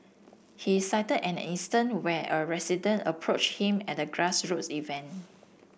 he cited an instance where a resident approached him at a grassroots event